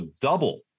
double